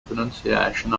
pronunciation